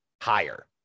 higher